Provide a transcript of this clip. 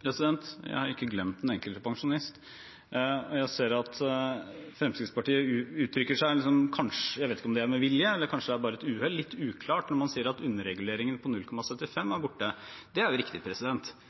Jeg har ikke glemt den enkelte pensjonist. Jeg ser – og jeg vet ikke om det er med vilje, kanskje det bare er et uhell – at Fremskrittspartiet uttrykker seg litt uklart når man sier at underreguleringen på 0,75 er borte. Det er riktig,